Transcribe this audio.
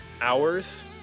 hours